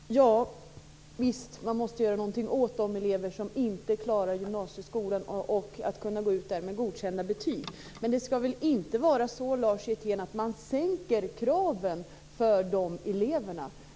Fru talman! Javisst måste man göra någonting åt de elever som inte klarar gymnasieskolan och att gå ut med godkända betyg. Men det skall väl inte vara så, Lars Hjertén, att vi sänker kraven för de eleverna?